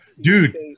Dude